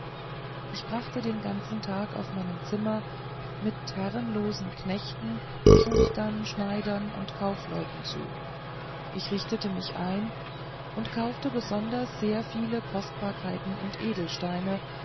ich brachte den ganzen tag auf meinen zimmern mit herrenlosen knechten schustern schneidern und kaufleuten zu ich richtete mich ein und kaufte besonders sehr viele kostbarkeiten und edelsteine